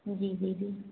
जी दीदी